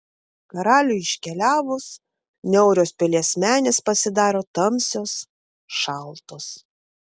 karaliui iškeliavus niaurios pilies menės pasidaro tamsios šaltos